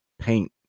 paint